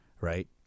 right